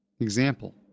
Example